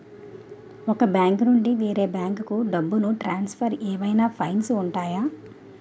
ఒక బ్యాంకు నుండి వేరే బ్యాంకుకు డబ్బును ట్రాన్సఫర్ ఏవైనా ఫైన్స్ ఉంటాయా?